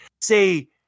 Say